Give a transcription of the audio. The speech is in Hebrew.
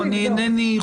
מדינת ישראל,